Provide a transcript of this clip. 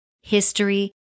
history